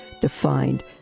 defined